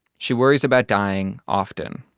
she worries about dying often.